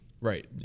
Right